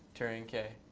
turing k.